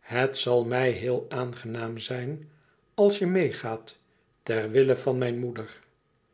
het zal mij heel aangenaam zijn als je meêgaat terwille van mijn moeder